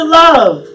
love